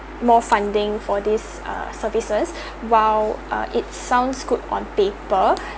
more funding for these uh services while uh it sounds good on paper